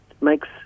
makes